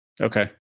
Okay